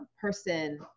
person